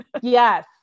Yes